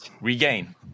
regain